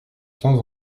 temps